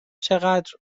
چقدر